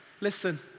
listen